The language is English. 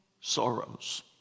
sorrows